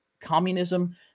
communism